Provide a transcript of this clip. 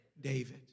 David